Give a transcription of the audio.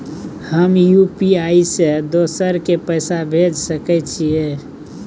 हम यु.पी.आई से दोसर के पैसा भेज सके छीयै?